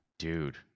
Dude